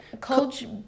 Coach